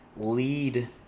lead